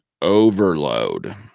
overload